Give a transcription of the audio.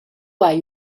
hai